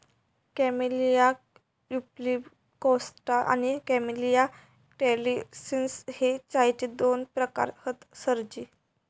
camellia pubicosta आणि camellia taliensis हे चायचे दोन प्रकार हत सरजी